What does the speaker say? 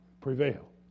prevail